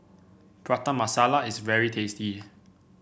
Prata Masala is very tasty